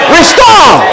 Restore